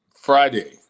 Friday